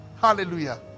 Hallelujah